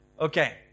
Okay